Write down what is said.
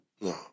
no